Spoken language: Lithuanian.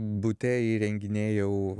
bute įrenginėjau